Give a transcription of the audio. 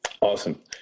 Awesome